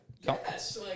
Yes